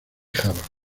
java